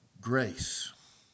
grace